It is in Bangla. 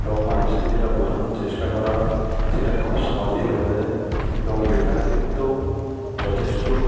এবং মানুষকে যেটা বোঝানোর চেষ্টা করা হয় সেটা খুব সহজেই বোঝা যায় এবং লেখার ক্ষেত্রেও যথেষ্ট